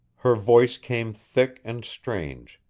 her voice came thick and strange,